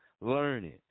learning